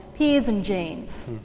peers and genes.